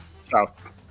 South